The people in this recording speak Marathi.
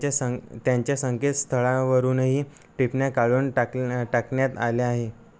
त्यांच्या संके त्यांच्या संकेतस्थळावरूनही टिपण्या काढून टाकल्या टाकण्यात आल्या आहेत